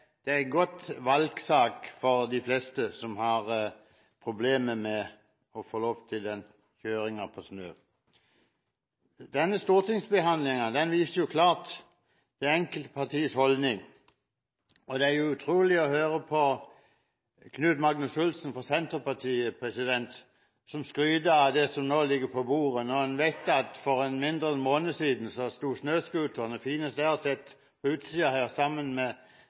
er en god valgsak for de fleste som har problemer med å få lov til å kjøre på snø. Denne stortingsbehandlingen viser klart det enkelte partis holdning, og det er utrolig å høre på Knut Magnus Olsen fra Senterpartiet, som skryter av det som ligger på bordet, når han vet at for mindre enn én måned siden sto en snøscooter – den fineste jeg har sett – på utsiden her sammen